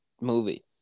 movie